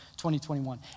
2021